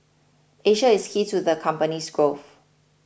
Asia is key to the company's growth